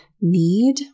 need